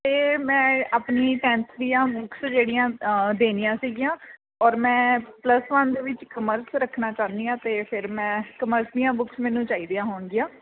ਅਤੇ ਮੈਂ ਆਪਣੀ ਟੈਨਥ ਦੀਆਂ ਬੁੱਕਸ ਜਿਹੜੀਆਂ ਦੇਣੀਆ ਸੀਗੀਆ ਔਰ ਮੈਂ ਪਲੱਸ ਵੰਨ ਦੇ ਵਿਚ ਕਮਰਸ ਰੱਖਣਾ ਚਾਹੁੰਦੀ ਹਾਂ ਤਾਂ ਫਿਰ ਮੈਂ ਕਮਰਸ ਦੀਆਂ ਬੁੱਕਸ ਮੈਨੂੰ ਚਾਹੀਦੀਆਂ ਹੋਣਗੀਆ